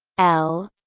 l